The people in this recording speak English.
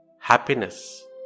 happiness